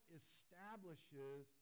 establishes